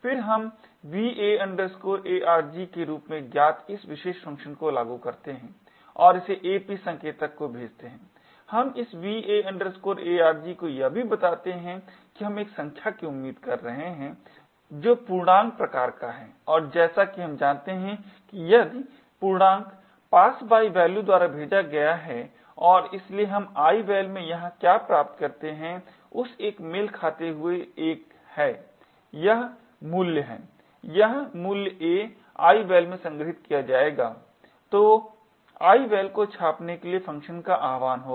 फिर हम va arg के रूप में ज्ञात इस विशेष फंक्शन को लागू करते हैं और इसे ap संकेतक को भेजते हैं हम इस va arg को यह भी बताते हैं कि हम एक संख्या की उम्मीद कर रहे हैं जो पूर्णांक प्रकार का है और जैसा कि हम जानते हैं कि पूर्णांक पास बाई वैल्यू द्वारा भेजा गया है और इसलिए हम ival में यहाँ क्या प्राप्त करते हैं उस एक मेल खाते हुए एक है यह मूल्य है यह मूल्य a ival में संग्रहीत किया जाएगा तो ival को छापने के लिए फ़ंक्शन का आह्वान होगा